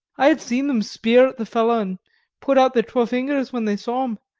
i had seen them speer at the fellow, and put out their twa fingers when they saw him,